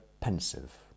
pensive